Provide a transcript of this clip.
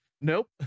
Nope